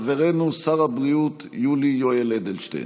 חברנו שר הבריאות יולי יואל אדלשטיין,